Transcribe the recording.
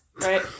right